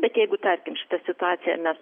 bet jeigu tarkim šitą situaciją mes